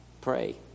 Pray